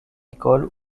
école